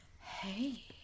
hey